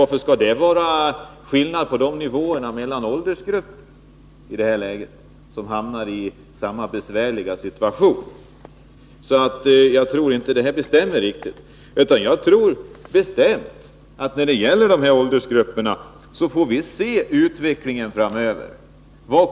Varför skall det vara skillnad mellan åldersgrupperna i denna besvärliga situation? Vi får nog se på utvecklingen framöver.